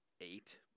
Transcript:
eight